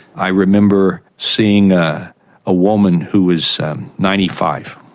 i remember seeing a ah woman who was ninety five,